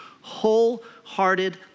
wholehearted